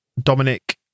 Dominic